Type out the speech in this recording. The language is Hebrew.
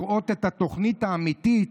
לראות את התוכנית האמיתית,